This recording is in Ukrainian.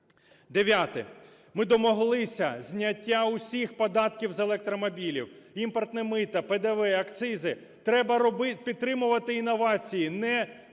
Дев'яте. Ми домоглися зняття усіх податків з електромобілів: імпортне мито, ПДВ, акцизи. Треба підтримувати інновації, не металобрухт